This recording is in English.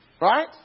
Right